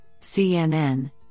CNN